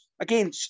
again